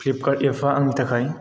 Flipkart app आ आंनि थाखाय